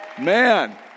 Man